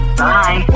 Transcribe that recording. bye